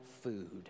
food